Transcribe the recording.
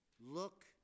look